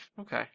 Okay